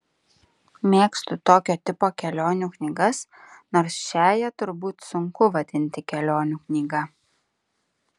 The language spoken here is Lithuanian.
mėgstu tokio tipo kelionių knygas nors šiąją turbūt sunku vadinti kelionių knyga